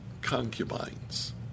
concubines